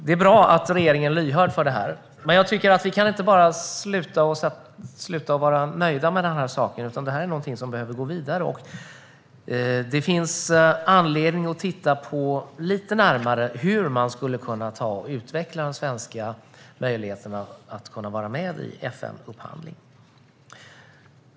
Det är bra att regeringen är lyhörd för detta, men vi kan inte bara vara nöjda med det. Det här är något som behöver gå vidare, och det finns anledning att titta lite närmare på hur man skulle kunna utveckla de svenska möjligheterna att vara med i FN-upphandling.